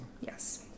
Yes